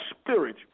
spirit